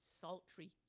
sultry